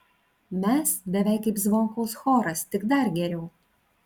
mes beveik kaip zvonkaus choras tik dar geriau